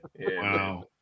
Wow